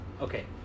Okay